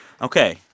Okay